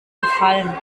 gefallen